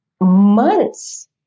months